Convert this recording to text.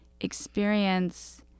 experience